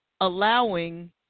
allowing